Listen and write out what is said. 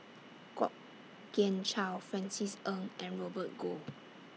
Kwok Kian Chow Francis Ng and Robert Goh